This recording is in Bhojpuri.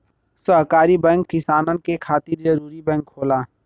सहकारी बैंक किसानन के खातिर जरूरी बैंक होला